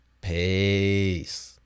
Peace